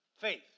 faith